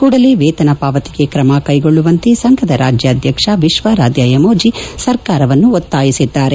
ಕೂಡಲೇ ವೇತನ ಪಾವತಿಗೆ ಕ್ರಮ ಕೈಗೊಳ್ಳುವಂತೆ ಸಂಘದ ರಾಜ್ಯಾಧ್ಯಕ್ಷ ವಿಶ್ವಾರಾಧ್ಯ ಯಮೋಜಿ ಸರ್ಕಾರವನ್ನು ಒತ್ತಾಯಿಸಿದ್ದಾರೆ